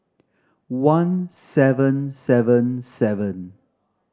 one seven seven seven